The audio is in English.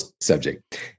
subject